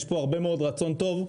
יש פה הרבה מאוד רצון טוב,